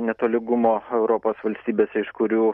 netolygumo europos valstybėse iš kurių